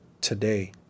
today